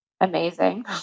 Amazing